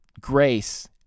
grace